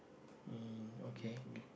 mm okay